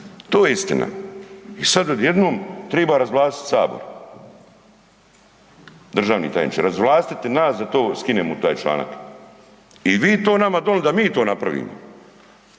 To je istina. I sad odjednom treba razvlastiti Sabor. Državni tajniče, razvlastite nas da to skinemo taj članak i vi to nama donili da mi to napravimo,